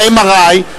ה-MRI,